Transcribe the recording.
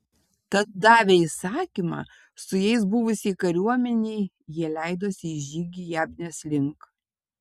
tad davę įsakymą su jais buvusiai kariuomenei jie leidosi į žygį jabnės link